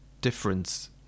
difference